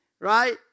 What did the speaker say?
right